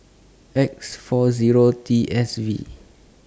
X four Zero T S V